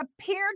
appeared